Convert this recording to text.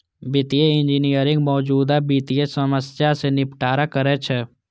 वित्तीय इंजीनियरिंग मौजूदा वित्तीय समस्या कें निपटारा करै छै